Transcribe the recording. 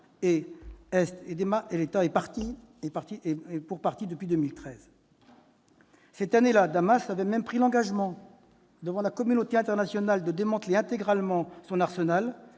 est partie prenante depuis 2013. Cette année-là, le régime syrien avait même pris l'engagement devant la communauté internationale de démanteler intégralement son arsenal.